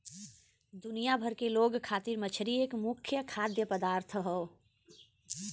दुनिया भर के लोग खातिर मछरी एक मुख्य खाद्य पदार्थ हौ